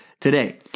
today